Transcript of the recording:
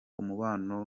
umubano